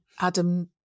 Adam